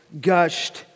gushed